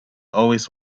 always